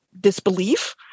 disbelief